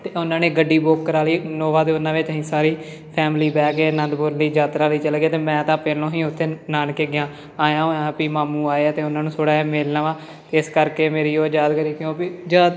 ਅਤੇ ਉਹਨਾਂ ਨੇ ਗੱਡੀ ਬੁੱਕ ਕਰਵਾ ਲਈ ਇਨੋਵਾ ਅਤੇ ਉਹਨਾਂ ਵਿੱਚ ਅਸੀਂ ਸਾਰੀ ਫੈਮਿਲੀ ਬਹਿ ਕੇ ਆਨੰਦਪੁਰ ਦੀ ਯਾਤਰਾ ਲਈ ਚਲੇ ਗਏ ਅਤੇ ਮੈਂ ਤਾਂ ਪਹਿਲੋਂ ਹੀ ਉੱਥੇ ਨਾਨਕੇ ਗਿਆ ਆਇਆ ਹੋਇਆ ਪੀ ਮਾਮੂ ਆਏ ਆ ਅਤੇ ਉਹਨਾਂ ਨੂੰ ਥੋੜ੍ਹਾ ਜਿਹਾ ਮਿਲ ਲਵਾ ਜਿਹਾਤੇ ਇਸ ਕਰਕੇ ਮੇਰੀ ਉਹ ਯਾਦਗਾਰੀ ਕਿਉਂਕਿ ਯਾਦ